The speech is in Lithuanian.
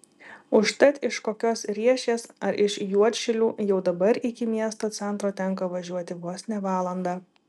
užtat iš kokios riešės ar iš juodšilių jau dabar iki miesto centro tenka važiuoti vos ne valandą